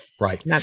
Right